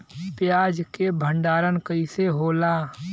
प्याज के भंडारन कइसे होला?